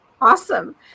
awesome